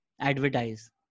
advertise